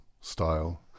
style